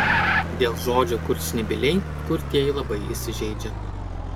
dėl žodžio kurčnebyliai kurtieji labai įsižeidžia